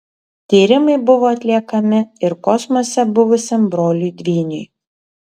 tyrimai buvo atliekami ir kosmose buvusiam broliui dvyniui